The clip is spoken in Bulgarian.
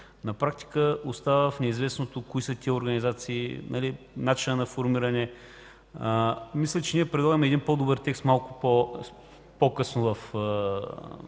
На практика остава неизвестно кои са организациите, начинът на формиране. Мисля, че ние предлагаме по-добър текст малко по-късно в